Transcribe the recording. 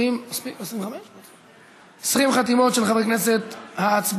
אנחנו עוברים לסעיף הבא